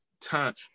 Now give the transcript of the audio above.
time